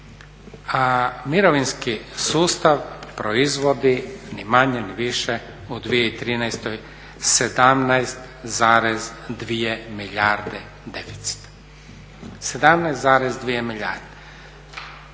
a mirovinski sustav proizvodi ni manje ni više u 2013. 17,2 milijarde 900. Prema